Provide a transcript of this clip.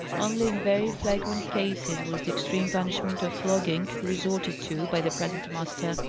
only in very flagrant cases was the extreme punishment of flogging resorted to by the present master.